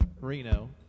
Reno